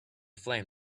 flame